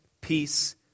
peace